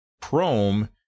Chrome